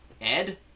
Ed